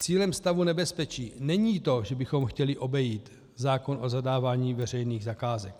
Cílem stavu nebezpečí není to, že bychom chtěli obejít zákon o zadávání veřejných zakázek.